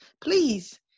please